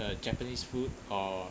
uh japanese food or